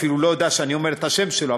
אפילו לא יודע שאני אומר את השם שלו,